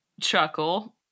chuckle